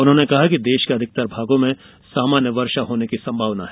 उन्होंने कहा कि देश के अधिकतर भागों में सामान्य वर्षा होने की संभावना है